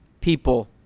people